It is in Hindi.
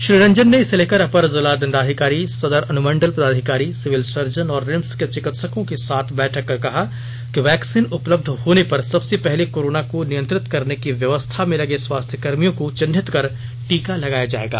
श्री रंजन ने इसे लेकर अपर जिला दंडाधिकारी सदर अनुमंडल पदाधिकारी सिविल सर्जन और रिम्स के चिकित्सकों के साथ बैठक कर कहा कि वैक्सीन उपलब्ध होने पर सबसे पहले कोरोना को नियंत्रित करने की व्यवस्था में लगे स्वास्थ्य कर्मियों को चिन्हित कर टीका लगाया जायेगा